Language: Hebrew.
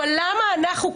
ובכל זאת,